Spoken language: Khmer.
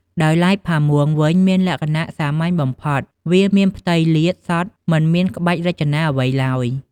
ដោយឡែកផាមួងវិញមានលក្ចណៈសាមញ្ញបំផុត វាមានផ្ទៃលាតសុទ្ធមិនមានក្បាច់រចនាអ្វីឡើយ។